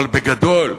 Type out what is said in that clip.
אבל בגדול,